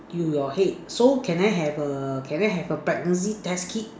in your head so can I have a can I have a pregnancy test kit